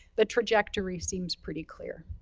the trajectory seems pretty clear.